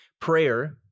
prayer